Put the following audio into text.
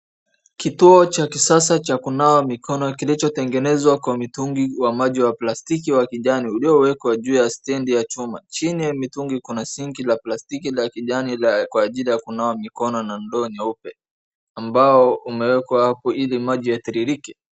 Kituo cha kisasa cha kunawa mikono kilicho tengenezwa kwa mitungi wa maji wa plastiki wa kijani uliowekwa juu ya standi ya chuma. Chini ya mtungi kuna sinkii la plastiki la kijani kwa ajili ya kunawa mikono na ndoo nyeupe ambao umewekwa apo ili maji yatiririke.